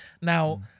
now